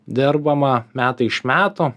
dirbama metai iš metų